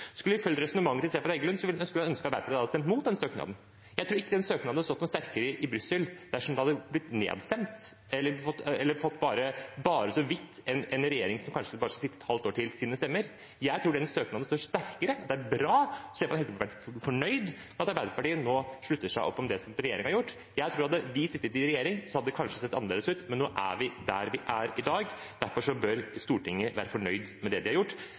Skulle vi fulgt resonnementet til Stefan Heggelund, skulle vi ønsket at Arbeiderpartiet hadde stemt imot den søknaden. Jeg tror ikke den søknaden hadde stått noe sterkere i Brussel dersom den hadde blitt nedstemt eller bare så vidt fått stemmer fra en regjering som kanskje skal sitte bare et halvt år til. Jeg tror søknaden står sterkere, det er bra, og Stefan Heggelund burde være fornøyd med at Arbeiderpartiet nå slutter opp om det regjeringa har gjort. Jeg tror at hvis vi hadde sittet i regjering, hadde det kanskje sett annerledes ut, men nå er vi der vi er i dag, og derfor bør Stortinget være fornøyd med det de har gjort.